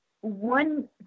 One